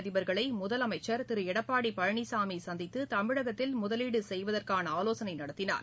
அதிபர்களை முதலமைச்சர் திரு எடப்பாடி பழனிசாமி சந்தித்து தமிழகத்தில் முதவீடு செய்வதற்கான ஆவோசனை நடத்தினார்